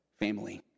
family